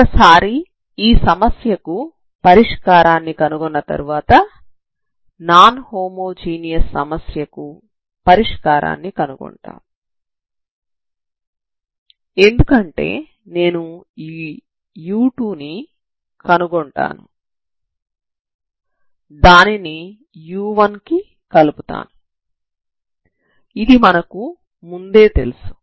ఒకసారి ఈ సమస్యకు పరిష్కారాన్ని కనుగొన్న తర్వాత నాన్ హోమోజీనియస్ సమస్యకు పరిష్కారాన్ని కనుగొంటాము ఎందుకంటే నేను ఈ u2ని కనుగొంటాను దానిని u1 కు కలుపుతాను ఇది మనకు ముందే తెలుసు